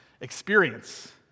experience